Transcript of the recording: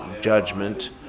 judgment